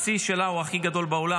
הצי שלה הוא הכי גדול בעולם,